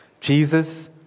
Jesus